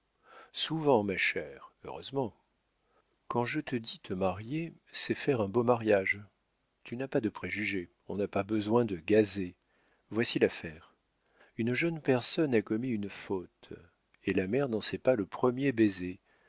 souvent ma chère heureusement quand je dis te marier c'est faire un beau mariage tu n'as pas de préjugés on n'a pas besoin de gazer voici l'affaire une jeune personne a commis une faute et la mère n'en sait pas le premier baiser